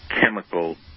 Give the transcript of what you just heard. chemical